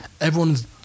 everyone's